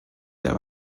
der